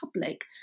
public